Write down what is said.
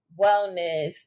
wellness